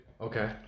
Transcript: Okay